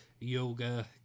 yoga